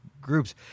groups